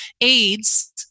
AIDS